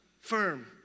firm